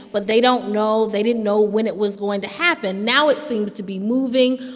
but they don't know they didn't know when it was going to happen. now it seems to be moving.